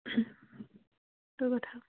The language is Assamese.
সেইটো কথা